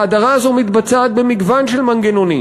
ההדרה הזאת מתבצעת במגוון של מנגנונים.